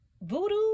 Voodoo